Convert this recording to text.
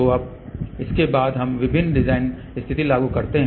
तो अब उसके बाद हम विभिन्न डिज़ाइन स्थिति लागू करते हैं